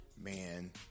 man